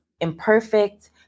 imperfect